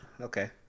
Okay